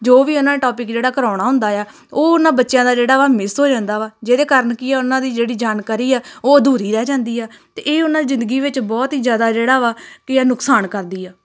ਜੋ ਵੀ ਉਹਨਾਂ ਨੇ ਟੋਪਿਕ ਜਿਹੜਾ ਕਰਵਾਉਣਾ ਹੁੰਦਾ ਆ ਉਹ ਉਹਨਾਂ ਬੱਚਿਆਂ ਦਾ ਜਿਹੜਾ ਵਾ ਮਿਸ ਹੋ ਜਾਂਦਾ ਵਾ ਜਿਹਦੇ ਕਾਰਨ ਕੀ ਆ ਉਹਨਾਂ ਦੀ ਜਿਹੜੀ ਜਾਣਕਾਰੀ ਆ ਉਹ ਅਧੂਰੀ ਰਹਿ ਜਾਂਦੀ ਆ ਅਤੇ ਇਹ ਉਹਨਾਂ ਦੀ ਜ਼ਿੰਦਗੀ ਵਿੱਚ ਬਹੁਤ ਹੀ ਜ਼ਿਆਦਾ ਜਿਹੜਾ ਵਾ ਕੀ ਆ ਨੁਕਸਾਨ ਕਰਦੀ ਆ